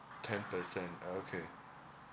ten percent okay